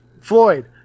Floyd